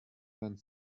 vingt